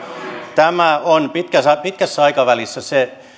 tämä on pitkässä pitkässä aikavälissä se